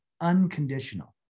unconditional